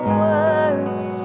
words